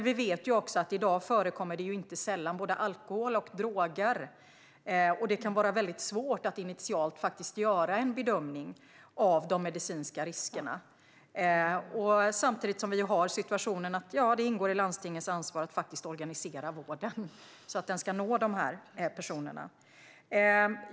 Vi vet dock att det i dag inte sällan förekommer både alkohol och droger, och det kan vara väldigt svårt att initialt göra en bedömning av de medicinska riskerna. Samtidigt har vi situationen att det ingår i landstingens ansvar att organisera vården så att den ska nå dessa personer.